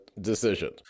decision